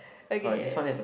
okay